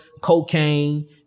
cocaine